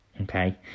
okay